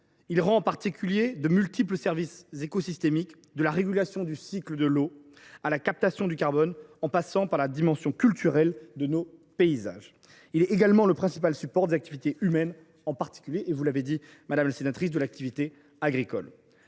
Il rend en particulier de multiples services écosystémiques, de la régulation du cycle de l’eau à la captation du carbone. Il participe également de la dimension culturelle de nos paysages. Enfin, il est le principal support des activités humaines, en particulier, vous l’avez dit, madame la sénatrice, de l’activité agricole.